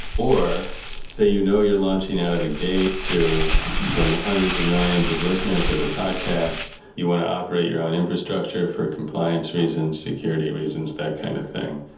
or say you know you're launching out the gate to the hundreds of millions of listeners of the podcast. you want to operate your own infrastructure for compliance reasons, security reasons, that kind of thing.